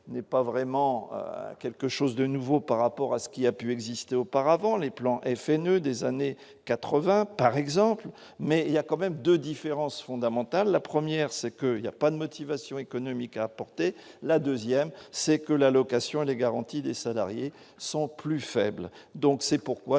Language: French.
n'est pas vraiment quelque chose de nouveau par rapport à ce qui a pu exister auparavant les plans FNE des années 80 par exemple, mais il y a quand même 2 différences fondamentales : la 1ère c'est qu'il y a pas de motivations économiques apportés, la 2ème, c'est que la location et les garanties des salariés sont plus faibles,